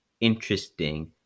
interesting